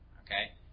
okay